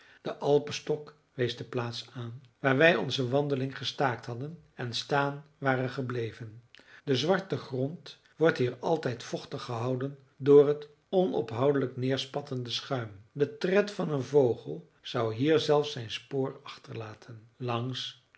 de alpenstok wees de plaats aan waar wij onze wandeling gestaakt hadden en staan waren gebleven de zwarte grond wordt hier altijd vochtig gehouden door het onophoudelijk neerspattende schuim de tred van een vogel zou hier zelfs zijn spoor achterlaten langs